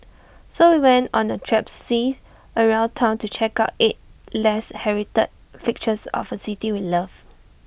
so we went on A traipse around Town to check out eight less heralded fixtures of A city we love